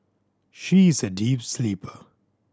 she is a deep sleeper